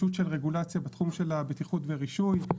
פישוט של רגולציה בתחום של הבטיחות ורישוי,